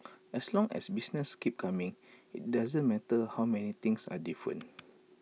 as long as business keeps coming IT doesn't matter how many things are different